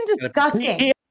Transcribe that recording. disgusting